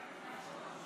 בעד.